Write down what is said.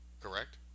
Correct